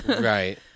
right